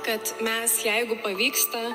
kad mes jeigu pavyksta